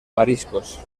mariscos